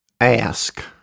ask